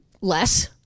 less